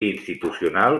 institucional